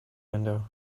window